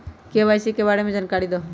KYC के बारे में जानकारी दहु?